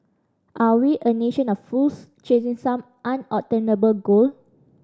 are we a nation of fools chasing some unobtainable goal